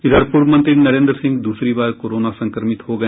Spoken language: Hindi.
इधर पूर्व मंत्री नरेंद्र सिंह दूसरी बार कोरोना संक्रमित हो गए